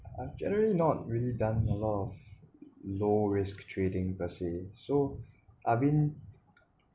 generally not really done a lot of low risk trading per se so I've been